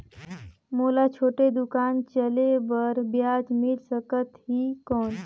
मोला छोटे दुकान चले बर ब्याज मिल सकत ही कौन?